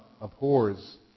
abhors